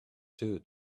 two